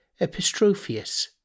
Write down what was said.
Epistrophius